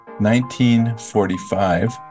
1945